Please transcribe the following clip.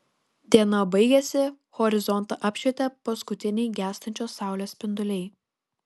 diena baigėsi horizontą apšvietė paskutiniai gęstančios saulės spinduliai